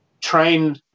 train